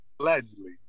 Allegedly